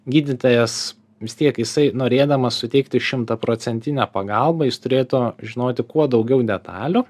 gydytojas vis tiek jisai norėdamas suteikti šimtaprocentinę pagalbą jis turėtų žinoti kuo daugiau detalių